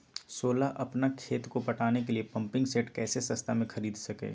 सोलह अपना खेत को पटाने के लिए पम्पिंग सेट कैसे सस्ता मे खरीद सके?